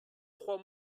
trois